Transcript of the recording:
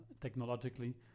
technologically